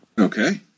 okay